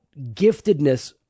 giftedness